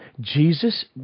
Jesus